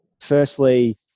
firstly